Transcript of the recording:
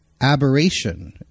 aberration